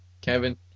Kevin